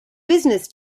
business